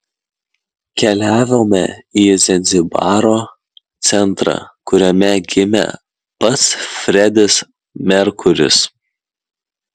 keliavome į zanzibaro centrą kuriame gimė pats fredis merkuris